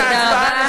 תודה רבה.